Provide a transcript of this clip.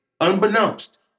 Unbeknownst